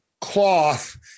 cloth